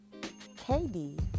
KD